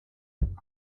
pep